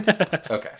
Okay